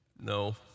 no